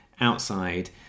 outside